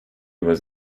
was